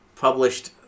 Published